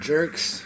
Jerks